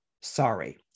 sorry